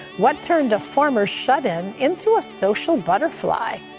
what turned a former shut in into a social butterfly?